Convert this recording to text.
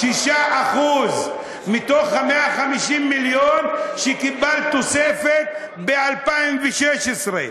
6% מתוך ה-150 מיליון שקיבלת תוספת ב-2016.